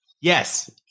Yes